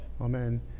Amen